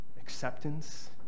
acceptance